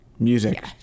Music